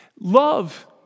Love